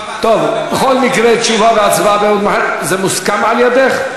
תשובה והצבעה במועד אחר.